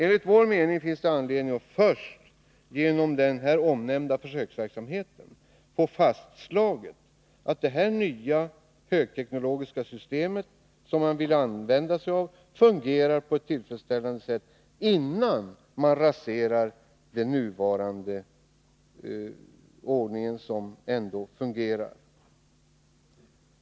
Enligt vår mening finns det anledning att först genom den omnämnda försöksverksamheten få fastslaget att det nya högteknologiska system som man vill använda sig av fungerar tillfredsställande, innan man raserar den nu fungerande ordningen.